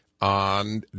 on